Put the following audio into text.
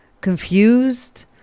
confused